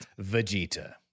vegeta